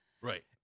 Right